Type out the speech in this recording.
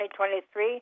2023